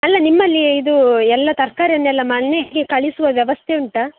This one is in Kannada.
ಅಲ್ಲ ನಿಮ್ಮಲ್ಲಿ ಇದು ಎಲ್ಲ ತರಕಾರಿಯನ್ನೆಲ್ಲ ಮನೆಗೆ ಕಳಿಸುವ ವ್ಯವಸ್ಥೆ ಉಂಟಾ